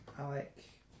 Alec